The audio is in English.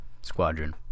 squadron